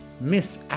Miss